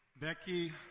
Becky